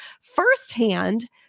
firsthand